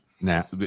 now